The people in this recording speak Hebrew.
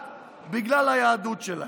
למחבלים זה מה יהיה על משפחותיהם